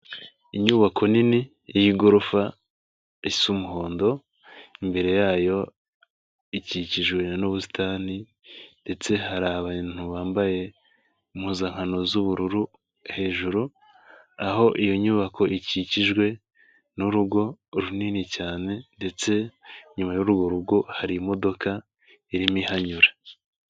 Inyubako nini, y'igorofa, isa umuhondo. Imbere yayo ikikijwe n'ubusitani, ndetse hari abantu bambaye impuzankano z'ubururu hejuru, aho iyo nyubako ikikijwe n'urugo runini cyane ,ndetse inyuma y'urwo rugo hari imodoka irimo ihanyura.